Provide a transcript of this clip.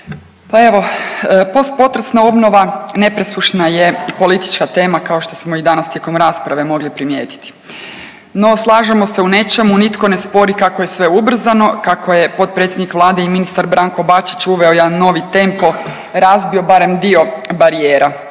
Pa evo, postpotresna obnova nepresušna je politička tema kao što smo i danas tijekom rasprave mogli primijetiti. No slažemo se u nečemu, nitko ne spori kako je sve ubrzano, kako je potpredsjednik Vlade i ministar Branko Bačić uveo jedan novi tempo, razbio barem dio barijera.